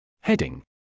Heading